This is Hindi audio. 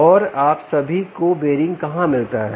और आप सभी को बीयरिंग कहाँ मिलता है